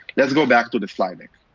let us go back to the slide deck.